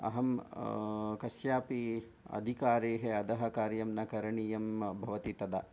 अहं कस्यापि अधिकारिणः अधः कार्यं न करणीयं भवति तदा